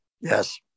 Yes